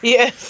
Yes